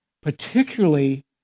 particularly